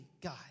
God